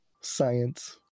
science